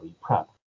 PrEP